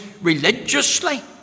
religiously